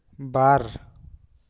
ᱵᱟᱨ